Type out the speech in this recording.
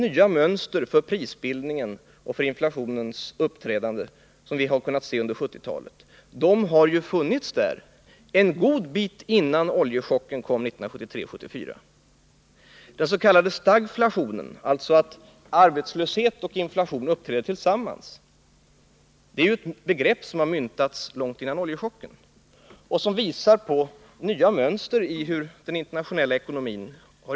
De mönster för prisbildningen och inflationens uppträdande, som vi har kunnat se under 1970-talet, fanns betydligt tidigare än när oljechocken kom 1973-1974. Den s.k. stagflationen, dvs. att arbetslöshet och inflation uppträder tillsammans, är ett begrepp som myntades långt innan oljechocken. Det visar nya mönster i utvecklingen av den internationella ekonomin.